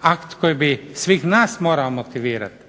akt koji bi svih nas morao aktivirati,